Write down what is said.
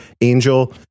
Angel